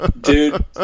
dude